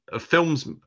films